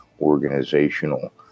organizational